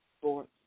sports